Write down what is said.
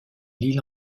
l’île